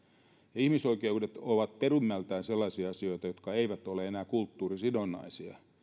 ja ihmisoikeudet ovat perimmältään sellaisia asioita jotka eivät ole enää kulttuurisidonnaisia